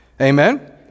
Amen